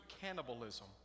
cannibalism